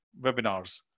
webinars